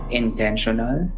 intentional